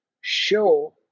show